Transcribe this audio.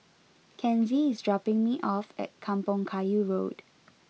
Kenzie is dropping me off at Kampong Kayu Road